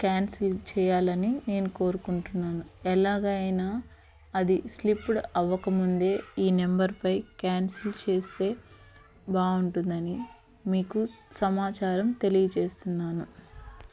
cancel చేయాలని నేను కోరుకుంటున్నాను ఎలాగైనా అది స్లిప్డ్ అవ్వకముందే ఈ నెంబర్పై క్యాన్సిల్ చేస్తే బాగుంటుందని మీకు సమాచారం తెలియచేస్తున్నాను